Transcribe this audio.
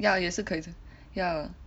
ya 也是可以 ya